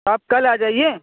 آپ کل آ جائیے